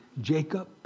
Jacob